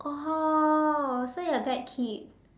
oh so your dad keep